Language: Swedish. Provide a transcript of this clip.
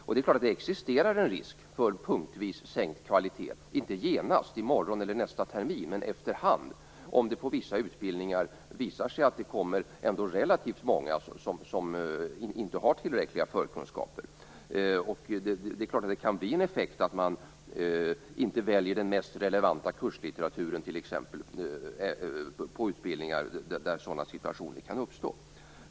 Det existerar självfallet en risk för punktvis sänkt kvalitet - inte genast, i morgon eller nästa termin, men efter hand, om det till vissa utbildningar visar sig komma relativt många som inte har tillräckliga förkunskaper. Det kan förstås få till effekt att man t.ex. inte väljer den mest relevanta kurslitteraturen på utbildningar där sådana situationer uppstår.